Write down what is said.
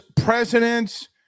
presidents